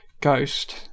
Ghost